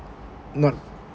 not